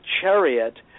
chariot